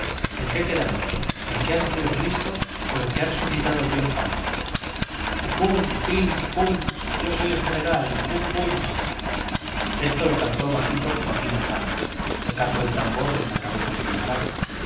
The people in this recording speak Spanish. en qué quedamos es que ha nacido cristo o es que ha resucitado el dios pan y pun pin pun yo soy el general bum bum esto lo cantó bajito joaquín orgaz tocando el tambor en la cabeza de guimarán